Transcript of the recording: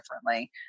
differently